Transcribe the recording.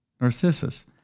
Narcissus